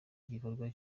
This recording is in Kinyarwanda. gikorwa